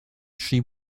she